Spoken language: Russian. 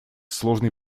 сложный